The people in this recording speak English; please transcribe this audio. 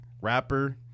rapper